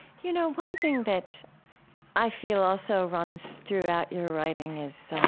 you know, one thing that i feel also runs throughout your writing is